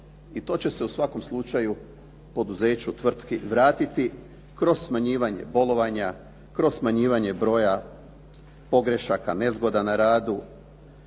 i to će se, u svakom slučaju, poduzeću, tvrtki vratiti kroz smanjivanje bolovanja, kroz smanjivanje broja pogrešaka, nezgoda na radu.